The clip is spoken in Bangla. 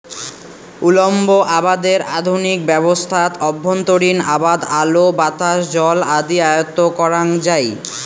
উল্লম্ব আবাদের আধুনিক ব্যবস্থাত অভ্যন্তরীণ আবাদ আলো, বাতাস, জল আদি আয়ত্ব করাং যাই